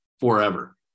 forever